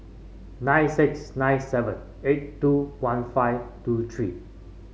nine six nine seven eight two one five two three